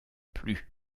plus